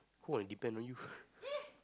who want depend on you